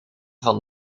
van